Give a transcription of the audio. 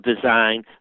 design